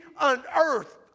unearthed